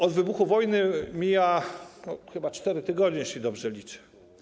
Od wybuchu wojny mijają chyba 4 tygodnie, jeśli dobrze liczę.